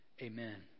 Amen